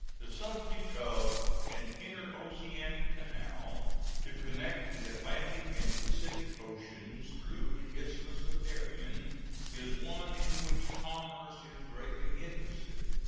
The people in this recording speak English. the subject of an interoceanic canal to connect the atlantic and pacific oceans through the isthmus of darien is one in which commerce is greatly interested.